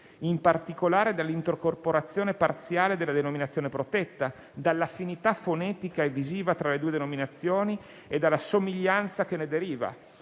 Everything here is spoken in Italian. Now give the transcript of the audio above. in particolare dall'intercorporazione parziale della denominazione protetta, dall'affinità fonetica e visiva tra le due denominazioni e dalla somiglianza che ne deriva